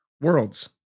Worlds